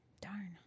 Darn